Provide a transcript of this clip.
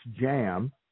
jam